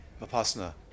Vipassana